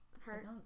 hurt